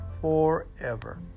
forever